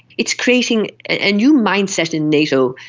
it's creating a new mindset in nato,